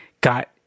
got